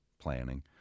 planning